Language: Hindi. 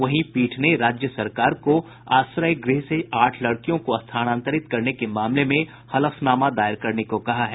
वहीं पीठ ने राज्य सरकार को आश्रय गृह से आठ लड़कियों को स्थानांतरित करने के मामले में हलफनामा दायर करने को कहा है